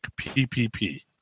PPP